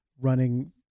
running